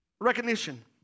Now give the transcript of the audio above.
recognition